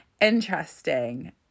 interesting